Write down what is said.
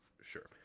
sure